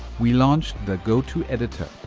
we launched the go-to editor,